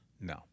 no